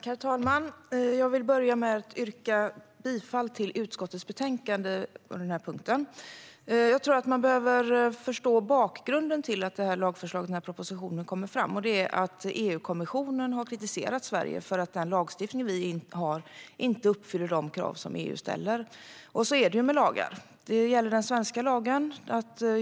Herr talman! Jag vill börja med att yrka bifall till utskottets förslag i betänkandet. Jag tror att man behöver förstå bakgrunden till att detta lagförslag och propositionen har lagts fram, nämligen att EU-kommissionen har kritiserat Sverige för den lagstiftning som vi har inte uppfyller de krav som EU ställer. Och så kan det ju vara med lagar. Det gäller även den svenska lagen.